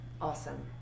awesome